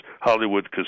Hollywood